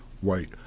white